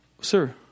Sir